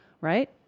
right